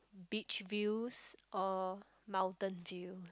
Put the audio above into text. beach views or mountain dew